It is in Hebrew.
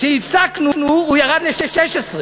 כשהפסקנו, הוא ירד ל-16.